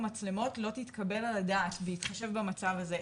המצלמות לא תתקבל על הדעת בהתחשב במצב הזה.